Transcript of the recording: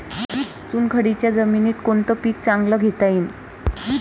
चुनखडीच्या जमीनीत कोनतं पीक चांगलं घेता येईन?